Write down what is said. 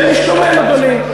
כן, משתומם, אדוני.